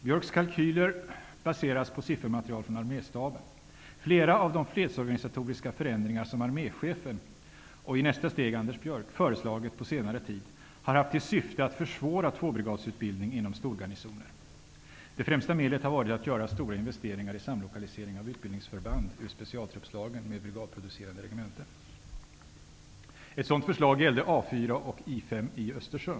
Björcks kalkyler baseras på siffermaterial från Arméstaben. Flera av de fredsorganisatoriska förändringar som arméchefen -- och i nästa steg Anders Björck -- på senare tid har föreslagit har haft till syfte att försvåra tvåbrigadsutbildning inom storgarnisoner. Det främsta medlet har varit att göra stora investeringar i samlokalisering av utbildningsförband ur specialtruppslagen med brigadproducerande regementen.